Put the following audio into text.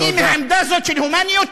מעמדה זו של הומניות,